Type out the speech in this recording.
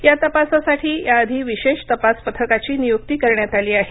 या तपसासाठी याआधी विशेष तपास पथकाची नियुक्ती करण्यात आली आहे